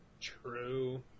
True